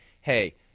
hey